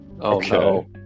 Okay